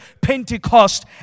Pentecost